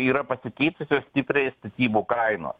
yra pasikeitusios stipriai statybų kainos